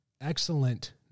excellent